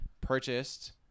purchased